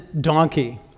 donkey